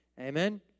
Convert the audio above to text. Amen